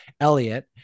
Elliot